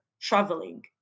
traveling